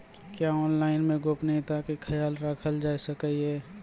क्या ऑनलाइन मे गोपनियता के खयाल राखल जाय सकै ये?